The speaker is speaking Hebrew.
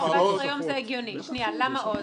אני מבנק הדואר.